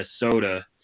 Minnesota